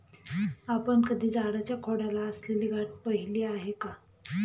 आपण कधी झाडाच्या खोडाला असलेली गाठ पहिली आहे का?